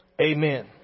amen